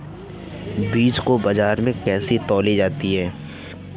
बीज को बाजार में कैसे तौली जाती है?